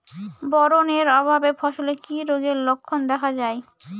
Boron এর অভাবে ফসলে কি রোগের লক্ষণ দেখা যায়?